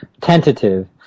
tentative